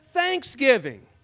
thanksgiving